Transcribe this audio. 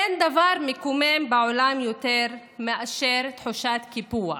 אין דבר מקומם בעולם יותר מאשר תחושת קיפוח,